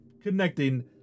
connecting